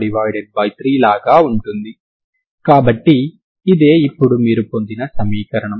e3 లాగా ఉంటుంది కాబట్టి ఇదే ఇప్పుడు మీరు పొందిన సమీకరణం